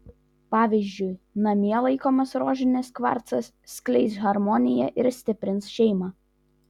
pavyzdžiui namie laikomas rožinis kvarcas skleis harmoniją ir stiprins šeimą